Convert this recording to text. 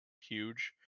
huge